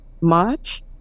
March